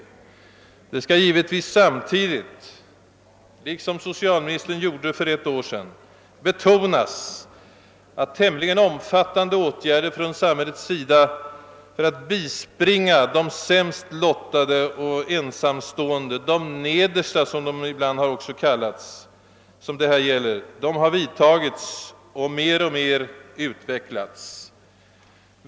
Det skall givetvis samtidigt, vilket också gjordes av socialministern för ett år sedan, betonas att tämligen omfattande åtgärder från samhället för att bispringa de sämst lottade och ensamstående — de nedersta som de ibland också kallats — som det här gäller vidtagits och alltmer utvecklats.